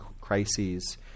crises